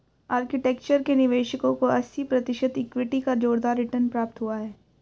architecture के निवेशकों को अस्सी प्रतिशत इक्विटी का जोरदार रिटर्न प्राप्त हुआ है